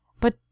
But